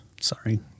Sorry